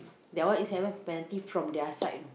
that one is sev~ penalty from their side you know